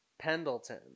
Pendleton